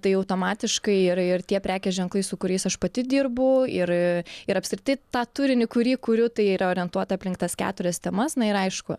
tai automatiškai yra ir tie prekės ženklai su kuriais aš pati dirbu ir ir apskritai tą turinį kurį kuriu tai yra orientuota aplink tas keturias temas na ir aišku